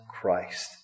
Christ